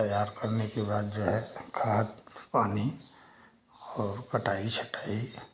तैयार करने के बाद जो है खाद पानी और कटाई छटाई